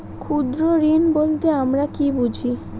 ক্ষুদ্র ঋণ বলতে আমরা কি বুঝি?